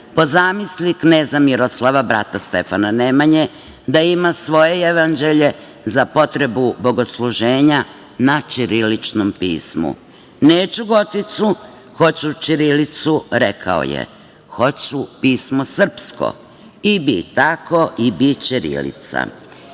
po zamisli kneza Miroslava, brata Stefana Nemanje, da ima svoje jevanđelje za potrebu bogosluženja na ćiriličnom pismu. „Neću goticu, hoću ćirilicu“ – rekao je. „Hoću pismo srpsko“ – i bi tako, i bi ćirilica.